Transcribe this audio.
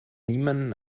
niemanden